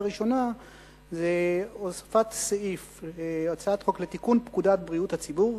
ראשונה זה הוספת סעיף לפקודת בריאות הציבור,